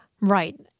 Right